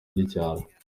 by’icyaro